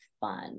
fun